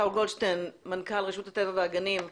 שאול גולדשטיין, מנכ"ל רשות הטבע והגנים,